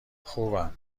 خوبم